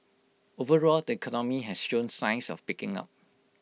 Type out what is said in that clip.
overall the economy has shown signs of picking up